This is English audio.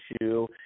issue